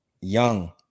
young